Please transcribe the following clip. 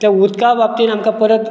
ते उदका बाबतीन आमकां परत